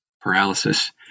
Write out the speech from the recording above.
paralysis